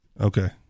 Okay